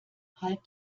halt